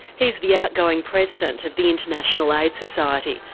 he's the outgoing president of the international aids society,